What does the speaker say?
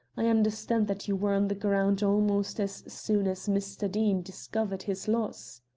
i understand that you were on the ground almost as soon as mr. deane discovered his loss.